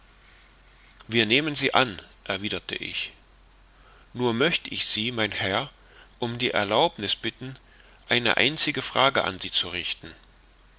wir nehmen sie an erwiderte ich nur möcht ich sie mein herr um die erlaubniß bitten eine einzige frage an sie zu richten